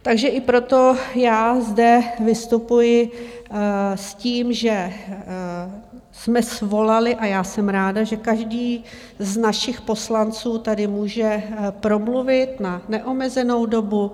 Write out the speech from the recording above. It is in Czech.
Takže i proto já zde vystupuji s tím, že jsme svolali, a já jsem ráda, že každý z našich poslanců tady může promluvit, má neomezenou dobu.